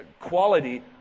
quality